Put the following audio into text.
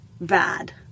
bad